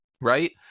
right